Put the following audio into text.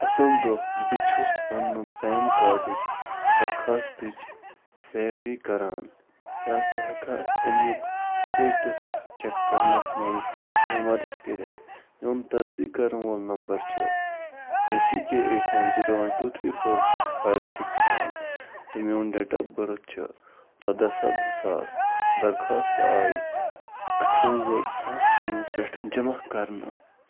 اَصٕل دۄہ بہٕ چھُس پَنُن پین کارڈٕچ درخواستٕچ پیروی کران کیٛاہ ژٕ ہٮ۪ککھا اَمیُک سِٹیٹَس چَک کَرنَس منٛز مےٚ مدتھ کٔرِتھ میون تصدیٖق کَرَن وول نمبَر چھُ A C K eight nine zero one two three four five six seven تہٕ میون ڈیٹ آف بٔرٕتھ چھُ ژۄداہ سَتھ زٕ ساس درخواستہٕ آیہِ اَٹھووُہ زٕ زٕ ساس ژوٚوُہ پٮ۪ٹھٕ جمع کَرنہٕ